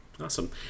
Awesome